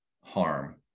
harm